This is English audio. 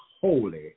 holy